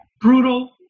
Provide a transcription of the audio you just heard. brutal